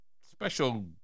special